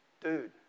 dude